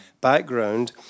background